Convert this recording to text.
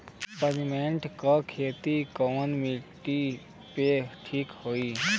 Peppermint के खेती कवने माटी पे ठीक होई?